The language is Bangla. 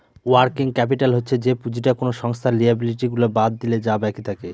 ওয়ার্কিং ক্যাপিটাল হচ্ছে যে পুঁজিটা কোনো সংস্থার লিয়াবিলিটি গুলা বাদ দিলে যা বাকি থাকে